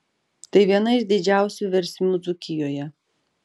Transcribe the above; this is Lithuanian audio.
tai viena iš didžiausių versmių dzūkijoje